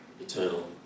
eternal